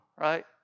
right